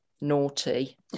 naughty